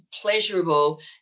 pleasurable